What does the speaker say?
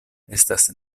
estas